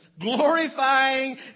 glorifying